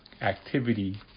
Activity